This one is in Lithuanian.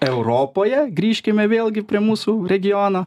europoje grįžkime vėlgi prie mūsų regiono